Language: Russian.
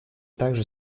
также